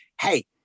hey